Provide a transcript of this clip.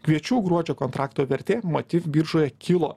kviečių gruodžio kontrakto vertė matyt biržoje kilo